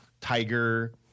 tiger